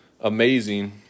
amazing